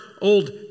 old